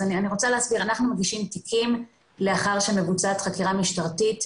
אז אני רוצה להזכיר: אנחנו מגישים תיקים לאחר שמבוצעת חקירה משטרתית,